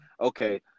okay